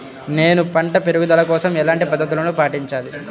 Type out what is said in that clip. నేను పంట పెరుగుదల కోసం ఎలాంటి పద్దతులను పాటించాలి?